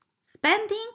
spending